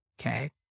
Okay